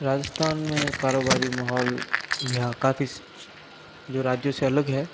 राजस्थान में कारोबारिक माहौल यहाँ काफ़ी जो राज्यों से अलग है